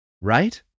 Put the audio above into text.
right